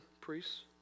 priests